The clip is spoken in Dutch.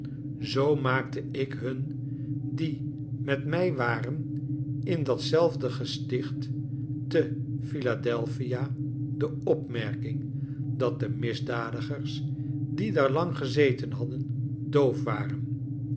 zoo maakte ik hun die met mij waren in datzelfde gesticht te philadelphia de opmerking dat de misdadigers die daar lang gezeten hadden doof waren